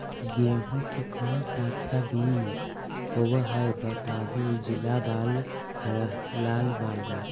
गेहूं के कौन सा अच्छा बीज होव है बताहू, उजला बाल हरलाल बाल में?